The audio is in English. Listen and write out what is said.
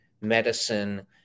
medicine